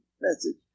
message